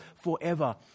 forever